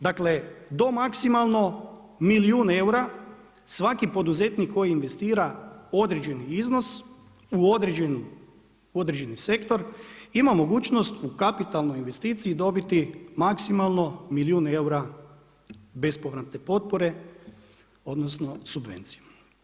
Dakle, do maksimalno milijun eura svaki poduzetnik koji investira određeni iznos u određeni sektor ima mogućnost u kapitalnoj investiciji dobiti maksimalno milijun eura bespovratne potpore, odnosno subvenciju.